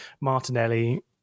Martinelli